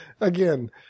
again